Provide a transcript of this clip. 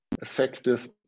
effective